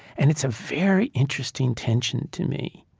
and it's a very interesting tension to me.